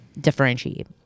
differentiate